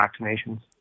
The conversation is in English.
vaccinations